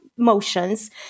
motions